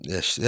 Yes